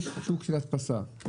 יש שוק של הדפסה.